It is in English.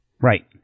Right